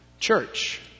Church